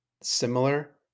similar